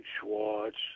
Schwartz